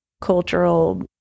cultural